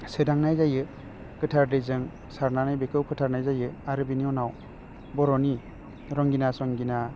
सोदांनाय जायो गोथार दैजों सारनानै बेखौ फोथारनाय जायो आरो बिनि उनाव बर'नि रंगिना संगिना